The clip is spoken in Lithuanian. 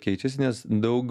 keičiasi nes daug